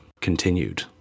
continued